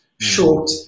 short